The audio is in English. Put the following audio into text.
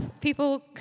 people